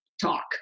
talk